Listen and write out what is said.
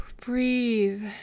Breathe